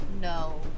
no